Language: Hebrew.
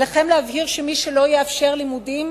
עליכם להבהיר שמי שלא יאפשר לימודים,